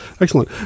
excellent